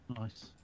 Nice